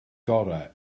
gorau